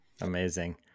Amazing